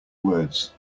words